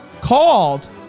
called